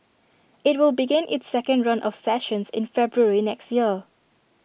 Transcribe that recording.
IT will begin its second run of sessions in February next year